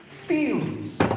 fields